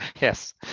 Yes